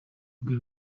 rwe